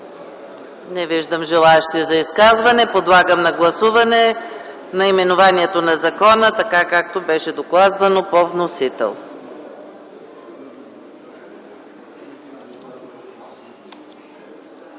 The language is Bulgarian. Не виждам желаещи за изказвания. Подлагам на гласуване наименованието на закона, така както беше докладвано по вносител.